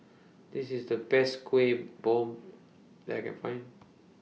This IS The Best Kueh Bom that Can Find